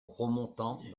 remontant